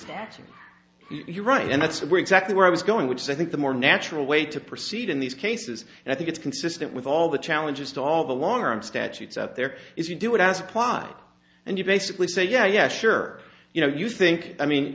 that you're right and that's where exactly where i was going which is i think the more natural way to proceed in these cases and i think it's consistent with all the challenges to all the long term statutes out there is you do it as apply and you basically say yeah sure you know you think i mean